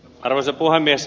arvoisa puhemies